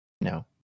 no